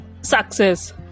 success